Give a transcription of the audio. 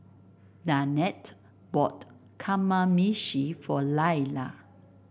Danette bought Kamameshi for Lailah